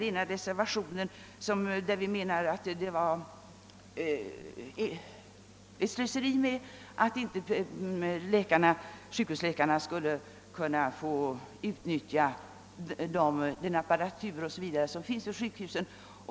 I en reservation framhåller vi att det är slöseri med medlen att inte sjukhusläkarna får utnyttja den apparatur som finns i sjukhusen.